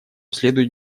следует